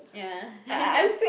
ya